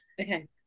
Okay